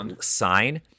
sign